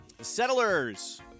Settlers